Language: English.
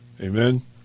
amen